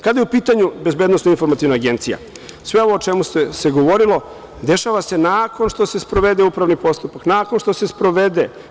Kada je u pitanju BIA, sve ovo o čemu se govorilo dešava se nakon što se sprovede upravni postupak, nakon što se sprovede.